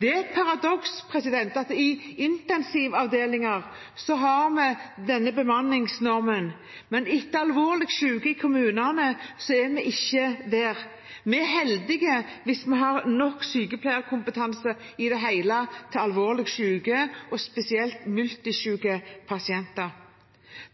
Det er et paradoks at i intensivavdelinger har vi denne bemanningsnormen, men når det gjelder alvorlig syke ute i kommunene, er vi ikke der. Vi er heldige hvis vi i det hele tatt har nok sykepleierkompetanse til alvorlig syke, spesielt multisyke, pasienter.